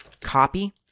copy